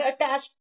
attached